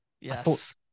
Yes